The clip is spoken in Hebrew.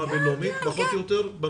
הבין-לאומית פחות או יותר?